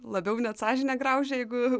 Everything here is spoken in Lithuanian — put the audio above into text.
labiau net sąžinę graužia jeigu